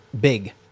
big